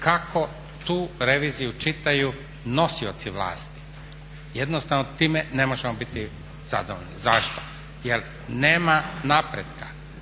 kako tu reviziju čitaju nosioci vlasti, jednostavno time ne možemo biti zadovoljni. Zašto? Jer nema napretka.